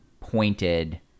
pointed